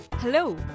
Hello